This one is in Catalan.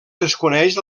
desconeix